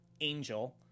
Angel